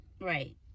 right